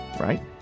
right